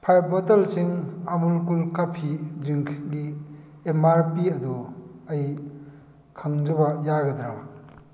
five ꯕꯣꯇꯜꯁꯤꯡ Amul kool coffee ꯗ꯭ꯔꯤꯡꯒꯤ M R P ꯑꯗꯨ ꯑꯩ ꯈꯪꯖꯕ ꯌꯥꯒꯗ꯭ꯔꯥ